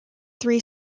three